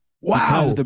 Wow